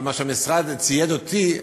מה שהמשרד צייד אותי,